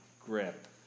grip